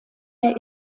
der